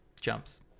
jumps